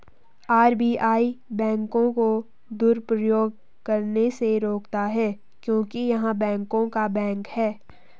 RBI बैंकों को दुरुपयोग करने से रोकता हैं क्योंकि य़ह बैंकों का बैंक हैं